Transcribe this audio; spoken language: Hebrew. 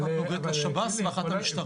אחת נוגעת לשב"ס ואחת לשטרה,